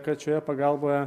kad šioje pagalboje